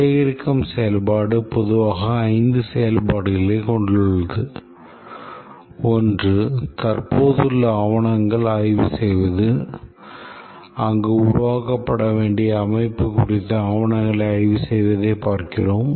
சேகரிக்கும் செயல்பாடு பொதுவாக ஐந்து செயல்பாடுகள் கொண்டது ஒன்று தற்போதுள்ள ஆவணங்களை ஆய்வு செய்வது அங்கு உருவாக்கப்பட வேண்டிய அமைப்பு குறித்த ஆவணங்களை ஆய்வு செய்வதைப் பார்க்கிறோம்